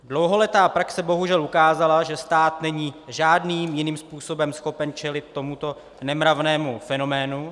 Dlouholetá praxe bohužel ukázala, že stát není žádným jiným způsobem schopen čelit tomuto nemravnému fenoménu.